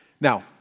Now